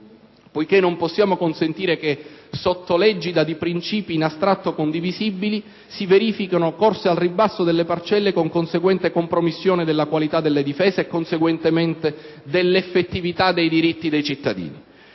poiché non possiamo consentire che, sotto l'egida di principi in astratto condivisibili, si verifichino corse al ribasso delle parcelle, con conseguente compromissione della qualità delle difese e, conseguentemente, dell'effettività dei diritti dei cittadini.